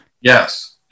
Yes